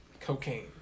cocaine